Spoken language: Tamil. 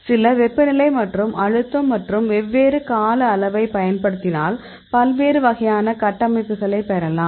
சில வெப்பநிலை மற்றும் அழுத்தம் மற்றும் வெவ்வேறு கால அளவைப் பயன்படுத்தினால் பல்வேறு வகையான கட்டமைப்புகளைப் பெறலாம்